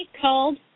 called